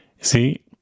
See